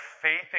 faith